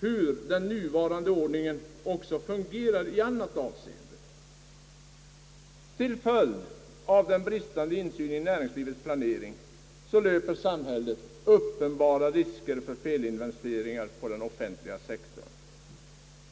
hur illa den nuvarande ordningen också fungerar i ett annat avseende. Till följd av den bristande insynen i näringslivets planering löper samhället uppenbara risker för felinvesteringar på den offentliga sektorn.